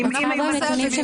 אין לי אותם.